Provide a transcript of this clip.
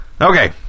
Okay